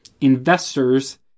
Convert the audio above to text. investors